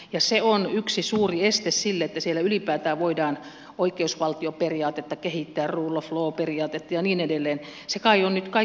ja se on yksi suuri este sille vesille ylipäätään voidaan oikeusvaltioperiaatetta kehittää oslon periaate ja niin edelleen se kai on nyt kai